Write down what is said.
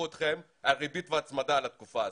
אתכם על ריבית והצמדה על התקופה הזאת,